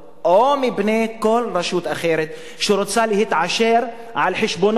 או מפני כל רשות אחרת שרוצה להתעשר על חשבונו.